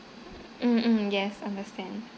mmhmm yes understand